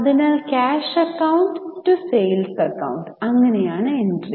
അതിനാൽ cash account to sales account ഇങ്ങനെയാണ് entry